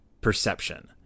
perception